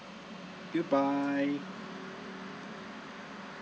goodbye